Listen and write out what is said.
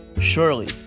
Surely